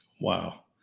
Wow